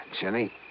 Jenny